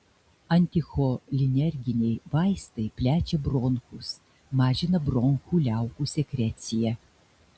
anticholinerginiai vaistai plečia bronchus mažina bronchų liaukų sekreciją